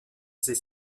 ses